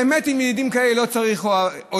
באמת, עם ידידים כאלה לא צריך אויבים.